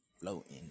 floating